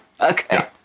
Okay